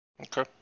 okay